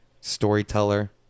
storyteller